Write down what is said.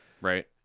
Right